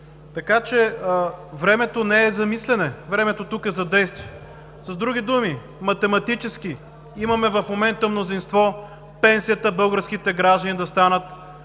Така че времето не е за мислене – времето тук е за действие. С други думи, математически имаме в момента мнозинство българските граждани да получават